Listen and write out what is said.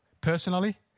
Personally